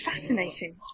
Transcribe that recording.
fascinating